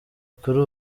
kuri